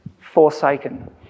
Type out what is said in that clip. Forsaken